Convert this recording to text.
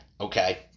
Okay